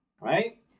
right